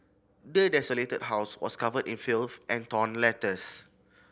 the desolated house was covered in filth and torn letters